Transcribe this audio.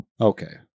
Okay